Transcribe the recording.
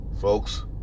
folks